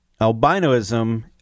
Albinism